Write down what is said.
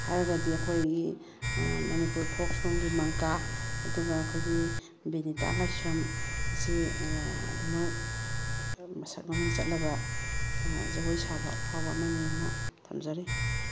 ꯍꯥꯏꯔꯒꯗꯤ ꯑꯩꯈꯣꯏꯒꯤ ꯃꯅꯤꯄꯨꯔ ꯐꯣꯛ ꯁꯣꯡꯒꯤ ꯃꯪꯀꯥ ꯑꯗꯨꯒ ꯑꯩꯈꯣꯏꯒꯤ ꯕꯤꯅꯤꯇꯥ ꯂꯥꯏꯁ꯭ꯔꯝꯁꯤ ꯑꯗꯨꯃꯛ ꯃꯁꯛ ꯃꯃꯤꯡ ꯆꯠꯂꯕ ꯖꯒꯣꯏ ꯁꯥꯕ ꯑꯐꯥꯎꯕ ꯑꯃꯅꯤꯅ ꯊꯝꯖꯔꯤ